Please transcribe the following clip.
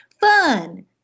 fun